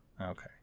okay